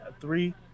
three